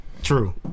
True